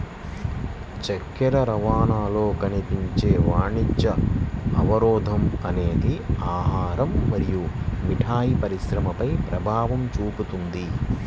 చక్కెర రవాణాలో కనిపించే వాణిజ్య అవరోధం అనేది ఆహారం మరియు మిఠాయి పరిశ్రమపై ప్రభావం చూపుతుంది